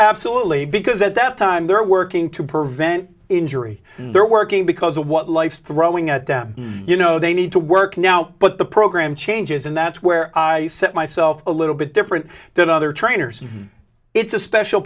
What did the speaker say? absolutely because at that time they're working to prevent injury they're working because of what life's throwing at them you know they need to work now but the program changes and that's where i set myself a little bit different than other trainers and it's a special